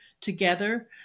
together